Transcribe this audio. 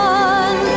one